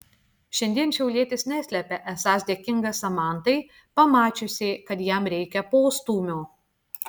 šiandien šiaulietis neslepia esąs dėkingas samantai pamačiusiai kad jam reikia postūmio